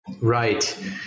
Right